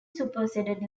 superseded